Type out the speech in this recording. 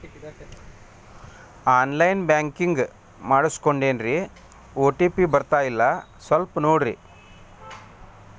on line banking ಮಾಡಿಸ್ಕೊಂಡೇನ್ರಿ OTP ಬರ್ತಾಯಿಲ್ಲ ಸ್ವಲ್ಪ ನೋಡ್ರಿ